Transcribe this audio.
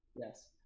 yes